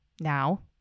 now